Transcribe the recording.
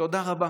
תודה רבה.